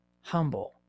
humble